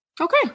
Okay